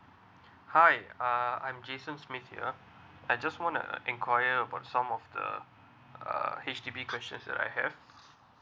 hi uh I'm jason smith here I just want to uh inquire about some of the uh H_D_B questions that I have